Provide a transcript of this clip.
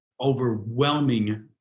overwhelming